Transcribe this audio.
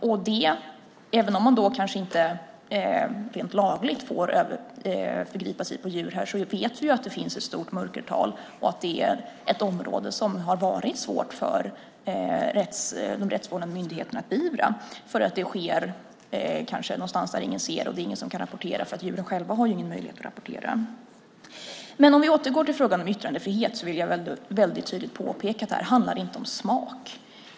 Och även om man kanske inte rent lagligt får förgripa sig på djur här i Sverige vet vi att det finns ett stort mörkertal och att det här är ett område där det har varit svårt för de rättsvårdande myndigheterna att beivra därför att övergreppet kanske sker där ingen ser det och ingen kan rapportera. Djuren själva har ju ingen möjlighet att rapportera. För att återgå till frågan om yttrandefrihet vill jag väldigt tydligt påpeka att det inte handlar om smak.